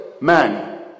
man